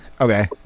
Okay